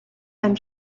and